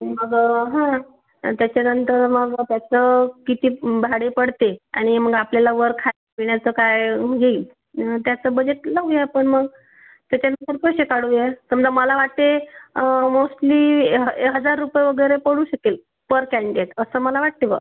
मग त्याच्यानंतर मग त्याचं किती भाडे पडते आणि मग आपल्याला वर खापिण्याचं काय येईल त्याचं बजेट लावूया आपण मग त्याच्या पैसे काढूया समजा मला वाटते मोस्टली ए ह ए हजार रुपये वगैरे पडू शकेल पर कँडिडेट असं मला वाटते बॉ